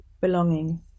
Belonging